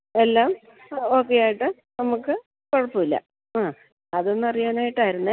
എല്ലാം ഓക്കെയായിട്ട് നമുക്കു കുഴപ്പമില്ല ആ അതൊന്നറിയാനായിട്ടായിരുന്നേ